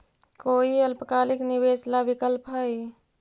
कोई अल्पकालिक निवेश ला विकल्प हई?